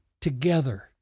together